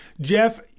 Jeff